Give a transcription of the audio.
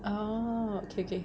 oh okay okay